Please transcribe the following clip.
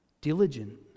Diligent